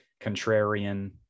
contrarian